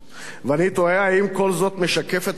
ואני תוהה: האם כל זה משקף את החשיבות